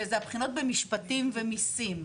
שהן הבחינות במשפטים ובמיסים.